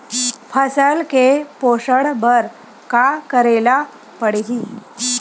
फसल के पोषण बर का करेला पढ़ही?